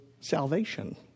salvation